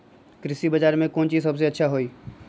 कृषि बजार में कौन चीज सबसे अच्छा होई?